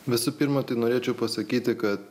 visų pirma tai norėčiau pasakyti kad